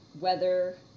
weather